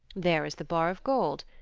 there is the bar of gold.